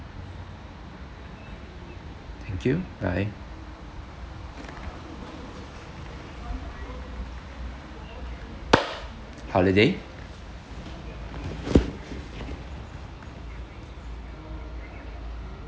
thank you bye holiday